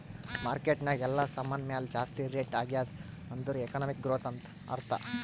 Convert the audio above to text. market ನಾಗ್ ಎಲ್ಲಾ ಸಾಮಾನ್ ಮ್ಯಾಲ ಜಾಸ್ತಿ ರೇಟ್ ಆಗ್ಯಾದ್ ಅಂದುರ್ ಎಕನಾಮಿಕ್ ಗ್ರೋಥ್ ಅಂತ್ ಅರ್ಥಾ